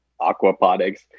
aquaponics